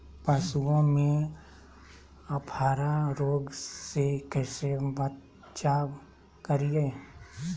पशुओं में अफारा रोग से कैसे बचाव करिये?